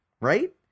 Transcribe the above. right